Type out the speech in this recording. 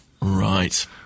Right